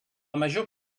major